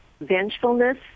vengefulness